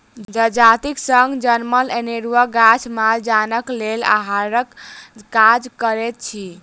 जजातिक संग जनमल अनेरूआ गाछ माल जालक लेल आहारक काज करैत अछि